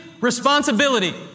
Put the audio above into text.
responsibility